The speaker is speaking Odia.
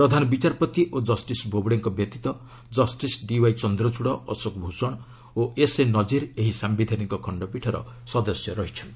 ପ୍ରଧାନ ବିଚାରପତି ଓ ଜଷ୍ଟିସ୍ ବୋବଡେଙ୍କ ବ୍ୟତୀତ ଜଷ୍ଟିସ୍ ଡିଓ୍ୱାଇ ଚନ୍ଦ୍ରଚୂଡ଼ ଅଶୋକ ଭୂଷଣ ଓ ଏସ୍ଏ ନଜିର୍ ଏହି ସାମ୍ବିଧାନିକ ଖଣ୍ଡପୀଠର ସଦସ୍ୟ ଅଛନ୍ତି